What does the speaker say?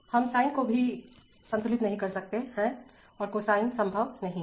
हम साइन को कभी भी संतुलित नहीं कर सकते हैं और कोसाइन संभव नहीं है